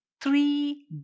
Three